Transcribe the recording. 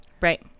Right